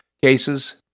cases